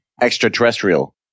extraterrestrial